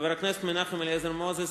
חבר הכנסת מנחם אליעזר מוזס,